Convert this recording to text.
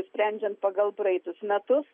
sprendžiant pagal praeitus metus